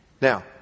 Now